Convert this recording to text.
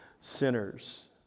sinners